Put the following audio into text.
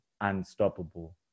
unstoppable